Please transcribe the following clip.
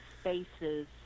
spaces